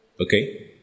Okay